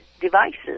devices